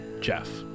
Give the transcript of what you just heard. Jeff